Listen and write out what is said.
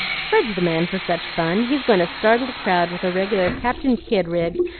fred's the man for such fun. he's going to startle the crowd with a regular captain kidd rig,